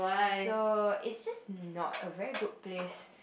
so is just not a very good place